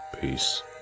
Peace